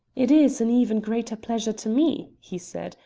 it is an even greater pleasure to me, he said,